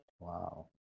Wow